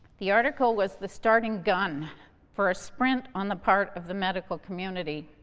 the article was the starting gun for a sprint on the part of the medical community.